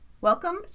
Welcome